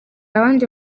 abandi